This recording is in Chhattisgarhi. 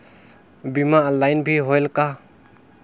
बीमा ऑनलाइन भी होयल का?